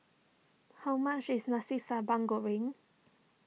how much is Nasi Sambal Goreng